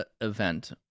event